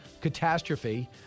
catastrophe